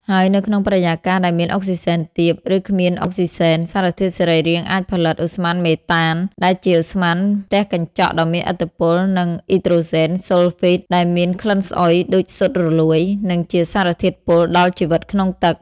ហើយនៅក្នុងបរិយាកាសដែលមានអុកស៊ីហ្សែនទាប ឬគ្មានអុកស៊ីហ្សែន សារធាតុសរីរាង្គអាចផលិត ឧស្ម័នមេតាន ដែលជាឧស្ម័នផ្ទះកញ្ចក់ដ៏មានឥទ្ធិពល និង អ៊ីដ្រូសែនស៊ុលហ្វីត ដែលមានក្លិនស្អុយដូចស៊ុតរលួយ និងជាសារធាតុពុលដល់ជីវិតក្នុងទឹក។